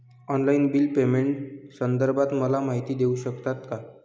Online bill पेमेंटसंदर्भात मला माहिती देऊ शकतात का?